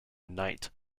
knight